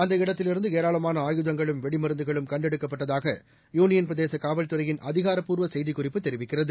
அந்த இடத்திலிருந்து ஏராளமான ஆயுதங்களும் வெடிமருந்துகளும் கண்டெடுக்கப்பட்டதாக யூனியன் பிரதேச காவல்துறையின் அதிகாரப்பூர்வ செய்திக்குறிப்பு தெரிவிக்கிறது